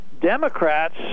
Democrats